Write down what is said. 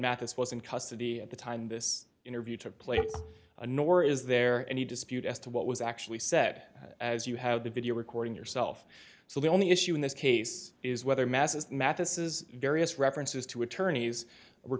that this was in custody at the time this interview took place nor is there any dispute as to what was actually set as you have the video recording yourself so the only issue in this case is whether masses mathis's various references to attorneys were